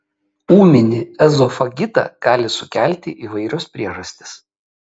ūminį ezofagitą gali sukelti įvairios priežastys